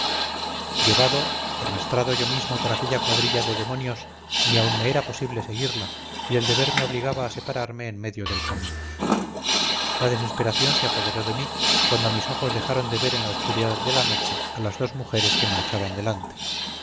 llevado arrastrado yo mismo por aquella cuadrilla de demonios ni aun me era posible seguirla y el deber me obligaba a separarme en medio del camino la desesperación se apoderó de mí cuando mis ojos dejaron de ver en la oscuridad de la noche a las dos mujeres que marchaban delante